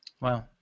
Wow